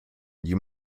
you